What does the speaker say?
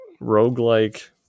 roguelike